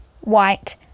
white